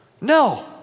no